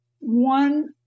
one